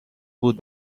بود